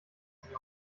sich